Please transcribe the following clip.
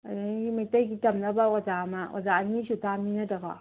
ꯑꯗꯒꯤ ꯃꯩꯇꯩꯒꯤ ꯇꯝꯅꯕ ꯑꯣꯖꯥ ꯑꯃ ꯑꯣꯖꯥ ꯑꯅꯤ ꯁꯨꯇꯥꯕꯅꯤ ꯅꯠꯇ꯭ꯔꯀꯣ